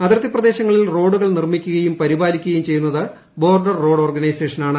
അതിർത്തി പ്രദേശങ്ങളിൽ റോഡുകൾ നിർമ്മിക്കുകയും പരിപാലിക്കുകയും ചെയ്യുന്നത് ബോർഡർ റോഡ് ഓർഗനൈസേഷനാണ്